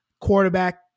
quarterback